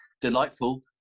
delightful